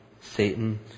Satan